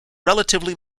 relatively